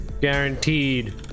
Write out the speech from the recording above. Guaranteed